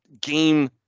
game